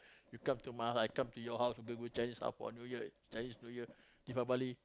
you come to my house I come to your house we go to Chinese house for New Year Chinese New Year Deepavali